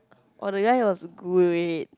oh the guy was great